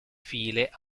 file